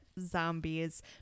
Zombies